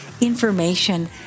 information